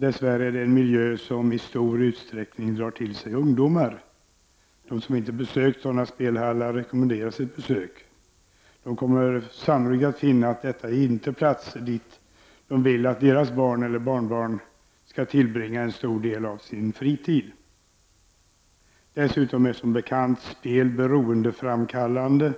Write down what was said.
Dess värre är det en miljö som i stor utsträckning drar till sig ungdomar. De som inte har besökt sådana spelhallar rekommenderas ett besök. De kommer sanno likt att finna att detta inte är platser där de vill att deras barn eller barnbarn skall tillbringa en stor del av sin fritid. Dessutom är som bekant spel beroendeframkallande.